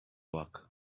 work